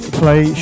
play